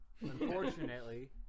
unfortunately